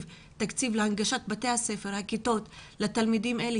להנגשת בתי הספר והכיתות לתלמידים אלה,